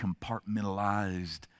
compartmentalized